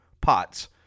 pots